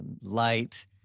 light